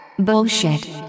Bullshit